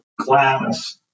class